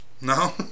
No